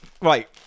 Right